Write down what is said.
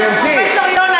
פרופסור יונה,